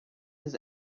his